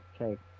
Okay